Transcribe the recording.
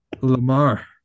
Lamar